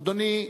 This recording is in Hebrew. אדוני,